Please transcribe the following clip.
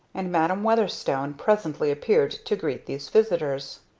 and madam weatherstone presently appeared to greet these visitors.